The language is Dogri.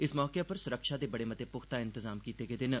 इस मौके उप्पर सुरक्षा दे बड़े मते पुख्ता इंतजाम कीते गेदे न